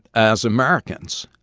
as americans.